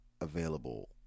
available